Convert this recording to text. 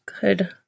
Good